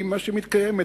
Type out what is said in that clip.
היא שמתקיימת,